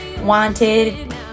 wanted